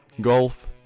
golf